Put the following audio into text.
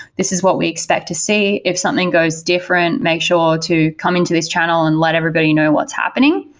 this is what we expect to see. if something goes different, make sure to come into this channel and let everybody know what's happening.